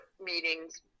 meetings